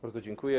Bardzo dziękuję.